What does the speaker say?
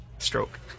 Stroke